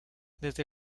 desde